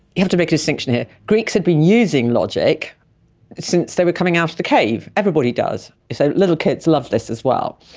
have to make a distinction here. greeks had been using logic since they were coming out of the cave, everybody does. so little kids love this as well.